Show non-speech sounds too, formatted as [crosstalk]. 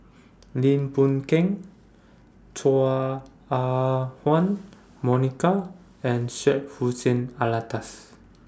Lim Boon Keng Chua Ah Huwa Monica and Syed Hussein Alatas [noise]